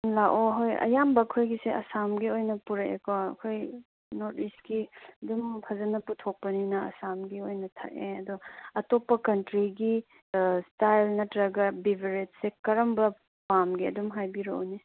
ꯂꯥꯛꯑꯣ ꯍꯣꯏ ꯑꯌꯥꯝꯕ ꯑꯩꯈꯣꯏꯒꯤꯁꯦ ꯑꯁꯥꯝꯒꯤ ꯑꯣꯏꯅ ꯄꯨꯔꯛꯑꯦꯀꯣ ꯑꯩꯈꯣꯏ ꯅꯣꯔꯠ ꯏꯁꯀꯤ ꯑꯗꯨꯝ ꯐꯖꯅ ꯄꯨꯊꯣꯛꯄꯅꯤꯅ ꯑꯁꯥꯝꯒꯤ ꯑꯣꯏꯅ ꯊꯛꯑꯦ ꯑꯗꯣ ꯑꯇꯣꯞꯄ ꯀꯟꯇ꯭ꯔꯤꯒꯤ ꯏꯁꯇꯥꯏꯜ ꯅꯠꯇ꯭ꯔꯒ ꯕꯤꯚꯔꯦꯁꯁꯦ ꯀꯔꯝꯕ ꯄꯥꯝꯒꯦ ꯑꯗꯨꯝ ꯍꯥꯏꯕꯤꯔꯛꯎꯅꯦ